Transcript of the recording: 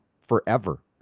forever